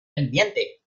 pendiente